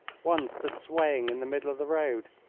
one stood swaying in the middle of the road.